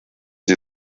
die